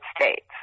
States